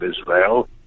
Israel